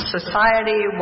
Society